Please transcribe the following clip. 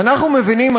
אדוני השר,